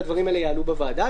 והדברים האלה יעלו בוועדה.